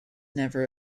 never